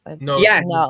Yes